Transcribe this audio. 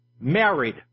married